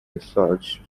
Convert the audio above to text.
research